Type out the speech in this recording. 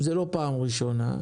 זה לא פעם ראשונה,